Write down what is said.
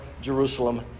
Jerusalem